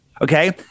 Okay